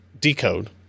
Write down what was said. decode